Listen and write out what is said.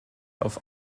auf